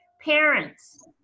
Parents